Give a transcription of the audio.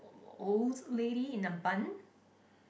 old lady in a bun